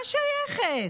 מה שייכת?